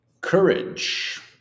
courage